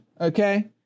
okay